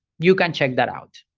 you can check that out.